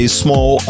small